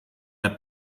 the